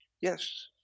Yes